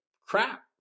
crap